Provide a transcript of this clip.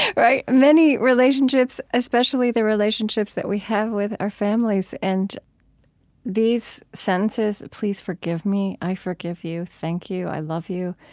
right? many relationships, especially the relationships that we have with our families, and these sentences please forgive me. i forgive you. thank you. i love you.